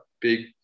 big